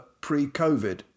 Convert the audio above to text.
pre-COVID